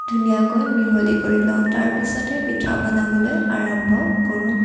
ধুনীয়াকৈ মিহলি কৰি লওঁ তাৰ পিছতহে পিঠা বনাবলৈ আৰম্ভ কৰোঁ